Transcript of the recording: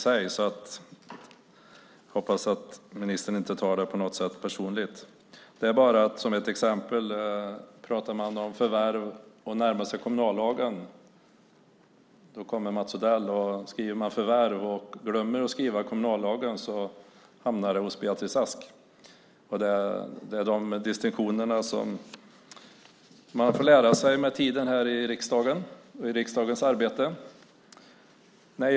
Jag hoppas att ministern inte på något sätt tar det här personligt. Pratar man exempelvis om förvärv och närmar sig kommunallagen kommer Mats Odell. Skriver man "förvärv" och glömmer att skriva "kommunallagen" hamnar det man frågar om hos Beatrice Ask. Det är distinktioner som man med tiden här i riksdagen och i riksdagens arbete får lära sig.